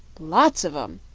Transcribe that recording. lots of em!